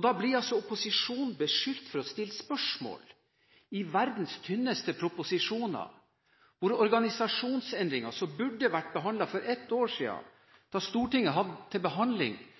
Så blir opposisjonen beskyldt for å stille spørsmål. I forbindelse med verdens tynneste proposisjoner, med organisasjonsendringer som burde vært behandlet for et år siden, da Stortinget hadde til behandling